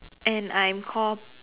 and I'm called